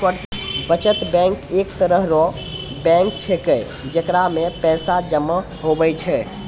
बचत बैंक एक तरह रो बैंक छैकै जेकरा मे पैसा जमा हुवै छै